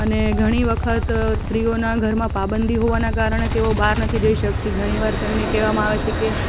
અને ઘણી વખત સ્ત્રીઓના ઘરમાં પાબંદી હોવાના કારણે તેઓ બહાર નથી જઈ શકતી ઘણી વાર તેમને કહેવામાં આવે છે કે